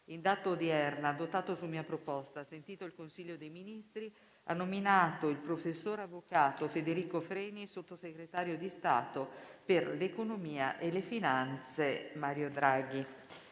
in data odierna, adottato su mia proposta, sentito il Consiglio dei Ministri, ha nominato il prof. avv. Federico FRENI Sottosegretario di Stato per l’Economia e le finanze. F.to Mario Draghi».